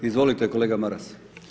Izvolite kolega Maras.